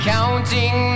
Counting